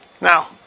Now